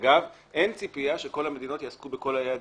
אגב, אין ציפייה שכל המדינות יעסקו בכל היעדים.